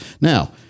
Now